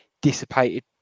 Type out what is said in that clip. dissipated